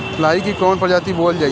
लाही की कवन प्रजाति बोअल जाई?